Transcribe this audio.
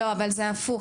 לא, אבל זה הפוך.